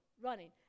running